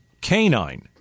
canine